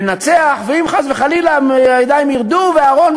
ננצח, ואם חלילה הידיים ירדו, ואהרן,